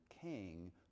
king